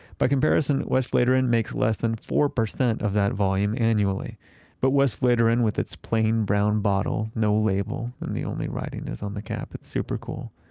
by comparison, westvleteren makes less than four percent of that volume annually but westvleteren with its plain brown bottle, no label, and the only writing is on the cap, it's super cool.